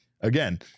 again